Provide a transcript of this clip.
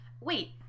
wait